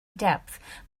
depth